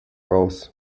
raus